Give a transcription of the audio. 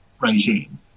regime